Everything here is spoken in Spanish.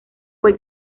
fue